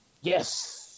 Yes